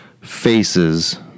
faces